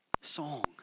Song